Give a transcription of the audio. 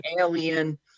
alien